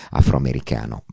afroamericano